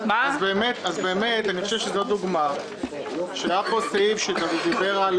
זאת דוגמה שהיה פה סעיף שדיבר על